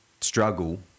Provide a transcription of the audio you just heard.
struggle